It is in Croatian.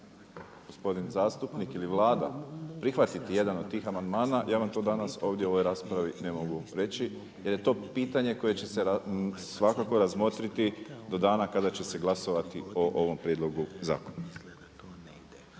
gospodin zastupnik ili Vlada prihvatiti jedan od tih amandman, ja vam to danas ovdje u ovoj raspravi ne mogu reći, jer je to pitanje koje će se svakako razmotriti do dana kada će se glasovati o ovom prijedlogu zakona.